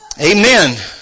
Amen